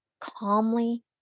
calmly